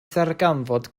ddarganfod